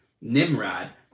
Nimrod